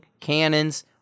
cannons